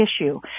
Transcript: issue